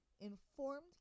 informed